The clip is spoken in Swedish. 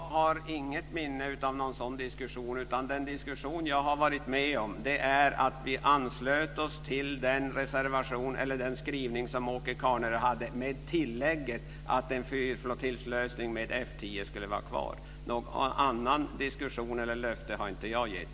Fru talman! Jag har inget minne av en sådan diskussion, utan den diskussion som jag varit med om gällde att vi anslöt oss till den skrivning som Åke Carnerö hade, med tillägget att en fyrflottiljslösning med F 10 skulle vara kvar. Någon annan diskussion är det inte fråga om, och något annat löfte har inte jag gett.